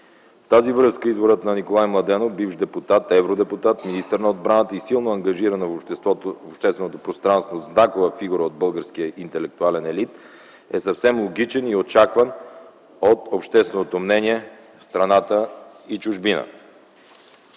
В тази връзка изборът на Николай Младенов – бивш депутат, евродепутат, министър на отбраната и силно ангажирана в общественото пространство знакова фигура в българския интелектуален елит, е съвсем логичен и очакван от общественото мнение в страната и чужбина.